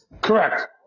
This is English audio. Correct